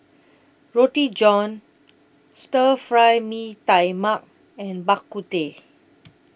Roti John Stir Fry Mee Tai Mak and Bak Kut Teh